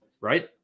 right